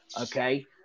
okay